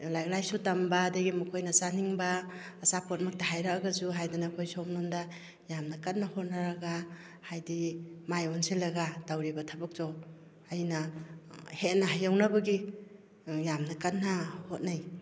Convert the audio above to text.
ꯂꯥꯏꯔꯤꯛ ꯂꯥꯏꯁꯨ ꯇꯝꯕ ꯑꯗꯒꯤ ꯃꯈꯣꯏꯅ ꯆꯥꯅꯤꯡꯕ ꯑꯆꯥꯄꯣꯠ ꯃꯛꯇ ꯍꯥꯏꯔꯛꯑꯒꯁꯨ ꯍꯥꯏꯗꯅ ꯑꯩꯈꯣꯏ ꯁꯣꯝꯂꯣꯝꯗ ꯌꯥꯝꯅ ꯀꯟꯅ ꯍꯣꯠꯅꯔꯒ ꯍꯥꯏꯗꯤ ꯃꯥꯏ ꯑꯣꯟꯁꯤꯟꯂꯒ ꯇꯧꯔꯤꯕ ꯊꯕꯛꯇꯣ ꯑꯩꯅ ꯍꯦꯟꯅ ꯍꯩꯍꯧꯅꯕꯒꯤ ꯌꯥꯝꯅ ꯀꯟꯅ ꯍꯣꯠꯅꯩ